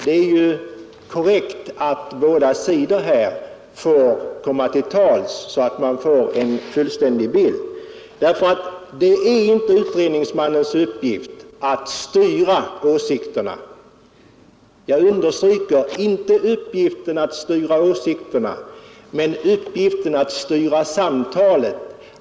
Det är ju korrekt att bådas sidor här får komma till tals, så att man får en fullständig bild. Det är nämligen inte utredningsmannens uppgift att styra åsikterna utan att styra samtalet.